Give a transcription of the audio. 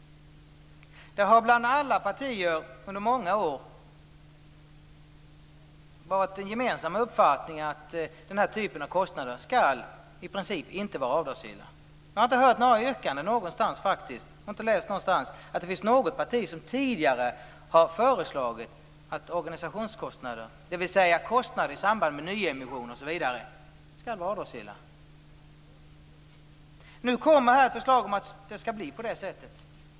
Alla partier har under många år haft den gemensamma uppfattningen att den här typen av kostnader i princip inte skall vara avdragsgilla. Jag har faktiskt ingenstans tidigare sett yrkanden från något parti om att organisationskostnader, dvs. kostnader i samband med t.ex. nyemission, skall vara avdragsgilla. Nu kommer ett förslag om att det skall bli på det sättet.